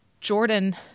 Jordan